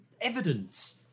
evidence